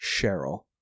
cheryl